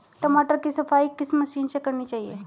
टमाटर की सफाई किस मशीन से करनी चाहिए?